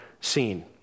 seen